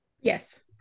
Yes